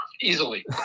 Easily